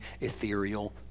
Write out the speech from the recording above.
ethereal